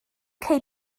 cei